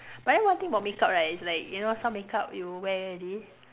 but then one thing about makeup right is like you know some makeup you wear already